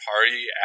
Party